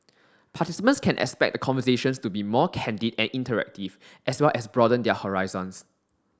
participants can expect the conversations to be more candid and interactive as well as broaden their horizons